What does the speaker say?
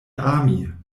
ami